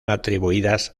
atribuidas